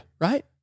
right